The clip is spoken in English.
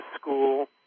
school